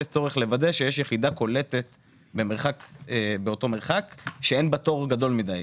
יש צורך לוודא שיש יחידה קולטת באותו מרחק שאין בה תור גדול מדי,